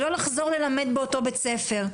ולא לחזור ללמד באותו בית ספר.